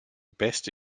best